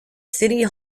city